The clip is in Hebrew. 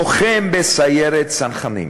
לוחם בסיירת צנחנים,